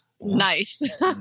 Nice